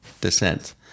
descent